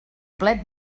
plet